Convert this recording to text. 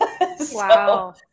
Wow